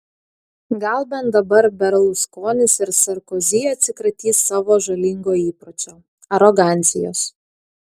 gal bent dabar berluskonis ir sarkozy atsikratys savo žalingo įpročio arogancijos